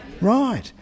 Right